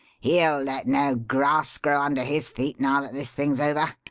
he'll let no grass grow under his feet now that this thing's over.